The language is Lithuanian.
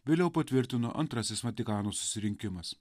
vėliau patvirtino antrasis vatikano susirinkimas